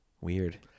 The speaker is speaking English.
Weird